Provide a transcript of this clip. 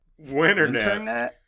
Winternet